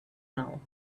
now